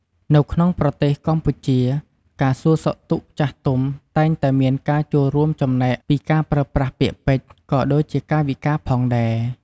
នៅក្នុងប្រទេសកម្ពុជា ការសួរសុខទុក្ខចាស់ទុំតែងតែមានការចូលរួមចំណែកពីការប្រើប្រាស់ពាក្យពេចន៍ ក៏ដូចជាកាយវិការផងដែរ។